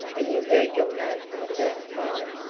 and you heard your name for the first time.